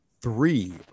three